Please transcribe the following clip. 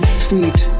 sweet